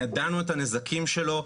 ידענו את הנזקים שלו,